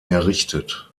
errichtet